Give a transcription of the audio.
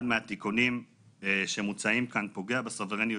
אחד מהתיקונים שמוצעים כאן פוגע בסוברניות